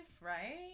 right